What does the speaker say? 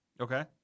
Okay